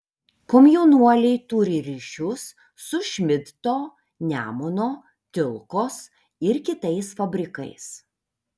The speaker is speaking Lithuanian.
komjaunuoliai turi ryšius su šmidto nemuno tilkos ir kitais fabrikais